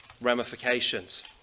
ramifications